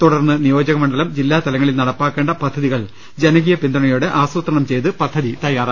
തുടർന്ന് നിയോ ജക മണ്ഡലം ജില്ലാ തലങ്ങളിൽ നടപ്പാക്കേണ്ട പദ്ധതികൾ ജനകീയ പിന്തുണ യോടെ ആസൂത്രണം ചെയ്ത് പദ്ധതി തയാറാക്കും